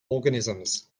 organisms